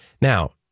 Now